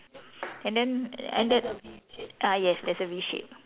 and then and that ah yes there's a V shape